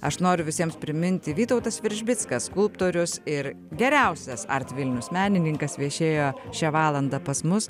aš noriu visiems priminti vytautas veržbickas skulptorius ir geriausias art vilnius menininkas viešėjo šią valandą pas mus